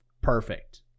perfect